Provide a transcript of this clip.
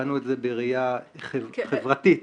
בחנו את זה גם בראייה חברתית ספציפית.